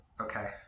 Okay